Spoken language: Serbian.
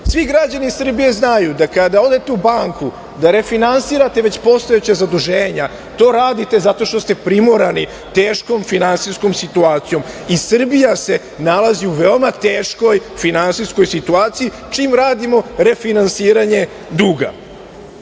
Svi građani Srbije znaju da kada odete u banku da refinansirate već postojeće zaduženja, to radite zato što ste primorani teškom finansijskom situacijom i Srbija se nalazi u veoma teškoj finansijskoj situaciji čim radimo refinansiranje duga. Kada